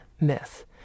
myth